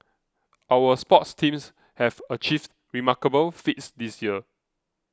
our sports teams have achieved remarkable feats this year